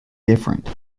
different